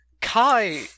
Kai